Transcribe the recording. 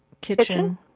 Kitchen